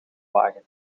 wagen